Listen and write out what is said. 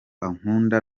ankunda